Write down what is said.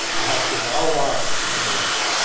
to help give our wildlife a voice.